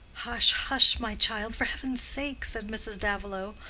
hush, hush, my child, for heaven's sake! said mrs. davilow,